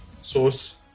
source